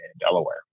Delaware